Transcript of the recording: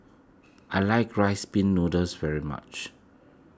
I like Rice Pin Noodles very much